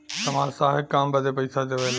समाज सहायक काम बदे पइसा देवेला